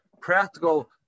practical